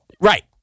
Right